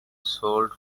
sold